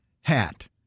hat